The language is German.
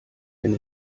wenn